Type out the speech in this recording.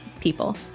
people